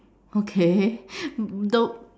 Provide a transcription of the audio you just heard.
okay though